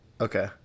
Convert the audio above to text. Okay